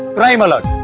crime alert,